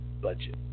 budget